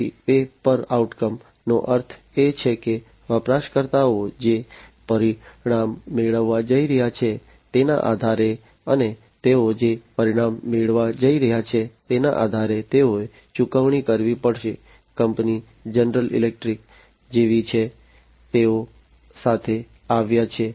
તેથી pay per outcome નો અર્થ એ છે કે વપરાશકર્તાઓ જે પરિણામ મેળવવા જઈ રહ્યા છે તેના આધારે અને તેઓ જે પરિણામ મેળવવા જઈ રહ્યા છે તેના આધારે તેઓએ ચૂકવણી કરવી પડશે કંપની જનરલ ઇલેક્ટ્રિક જેવી છે તેઓ સાથે આવ્યા છે